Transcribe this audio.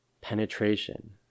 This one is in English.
penetration